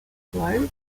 schwartz